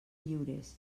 lliures